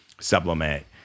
sublimate